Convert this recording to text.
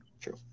True